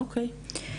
או.קיי.